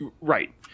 Right